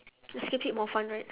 the skip skip more fun right